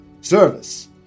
Service